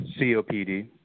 COPD